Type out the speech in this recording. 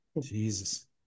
Jesus